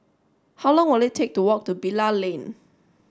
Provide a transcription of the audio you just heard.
how long will it take to walk to Bilal Lane